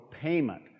payment